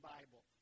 Bible